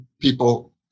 people